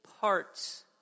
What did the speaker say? parts